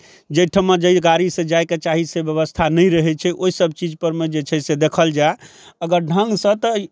जाहिठाम जे गाड़ीसँ जाइके चाही से बेबस्था नहि रहै छै ओहिसब चीजपरमे जे छै से देखल जाए अगर ढङ्गसँ तऽ ई